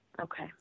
Okay